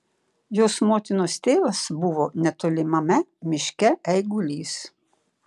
jos motinos tėvas buvo netolimame miške eigulys